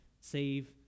save